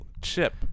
chip